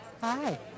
Hi